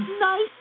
Nice